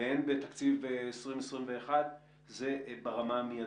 והן בתקציב 2021. זה ברמה המיידית.